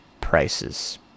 prices